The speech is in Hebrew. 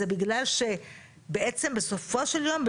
זה בגלל שבעצם בסופו של יום,